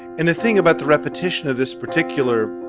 and the thing about the repetition of this particular